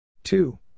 Two